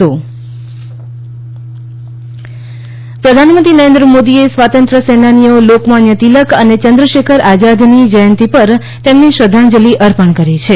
તિલક આઝાદ શ્રધ્ધાંજલિ પ્રધાનમંત્રી નરેન્દ્ર મોદીએ સ્વાતંત્ર્ય સેનાનીઓ લોકમાન્ય તિલક અને ચંદ્રશેખર આઝાદની જયંતિ પર તેમને શ્રધ્ધાંજલિ અર્પણ કરી છે